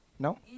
No